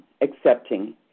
accepting